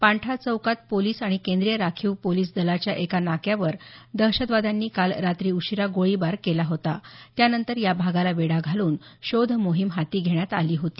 पांठा चौकात पोलिस आणि केंद्रीय राखीव पोलिस दलाच्या एका नाक्यावर दहशतवाद्यांनी काल रात्री उशिरा गोळीबार केला होता त्यानंतर या भागाला वेढा घालून शोध मोहीम हाती घेण्यात आली होती